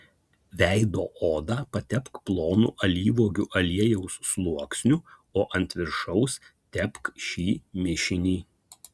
veido odą patepk plonu alyvuogių aliejaus sluoksniu o ant viršaus tepk šį mišinį